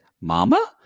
Mama